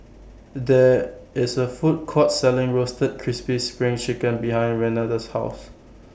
There IS A Food Court Selling Roasted Crispy SPRING Chicken behind Renada's House